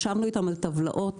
ישבנו אתם על טבלאות,